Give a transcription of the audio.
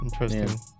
Interesting